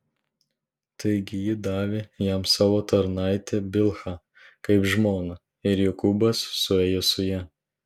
taigi ji davė jam savo tarnaitę bilhą kaip žmoną ir jokūbas suėjo su ja